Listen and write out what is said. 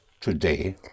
today